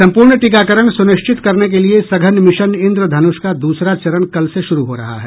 सम्पूर्ण टीकाकरण सुनिश्चित करने के लिए सघन मिशन इंद्रधनुष का दूसरा चरण कल से शुरू हो रहा है